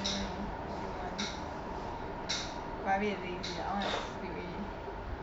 mm if you want but I a bit lazy I want to sleep already